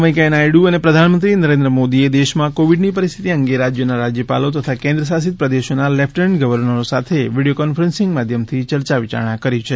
વૈકેંયા નાયડૂ અને પ્રધાનમંત્રી નરેન્દ્ર મોદીએ દેશમાં કોવિડની પરિસ્થિતિ અંગે રાજ્યોના રાજ્યપાલો તથા કેન્દ્ર શાસિત પ્રદેશોના લેફટન્ટ ગવર્નરો સાથે વીડિયો કોન્ફરન્સિંગ માધ્યમથી ચર્ચા વિયારણા કરી છે